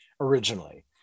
originally